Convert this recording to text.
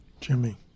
Jimmy